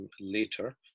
later